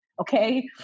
okay